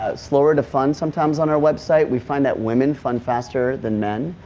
ah slower to fund sometimes on our website. we find that women fund faster than men.